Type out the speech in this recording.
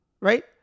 right